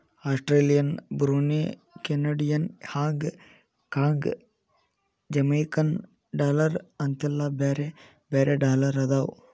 Australian Brunei Canadian Hong Kong Jamaican dollar ಅಂತೆಲ್ಲಾ ಬ್ಯಾರೆ ಬ್ಯಾರೆ ಡಾಲರ್ ಅದಾವ